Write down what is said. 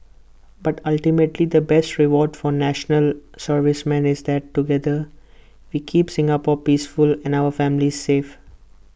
but ultimately the best reward for National Servicemen is that together we keep Singapore peaceful and our families safe